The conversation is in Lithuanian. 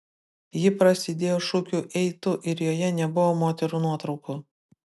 ji prasidėjo šūkiu ei tu ir joje nebuvo moterų nuotraukų